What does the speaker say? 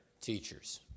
teachers